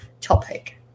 topic